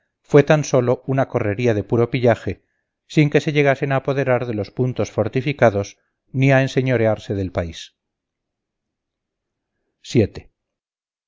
fue tan solo una correría de puro pillaje sin que se llegasen a apoderar de los puntos fortificados ni a enseñorearse del país